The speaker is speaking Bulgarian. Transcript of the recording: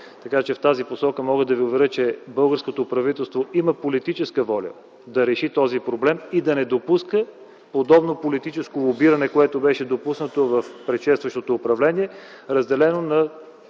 че в тази посока българското правителство има политическата воля да реши този проблем и да не допуска подобно политическо лобиране, което беше допуснато в предшестващото управление, разделено на